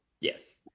Yes